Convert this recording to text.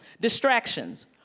Distractions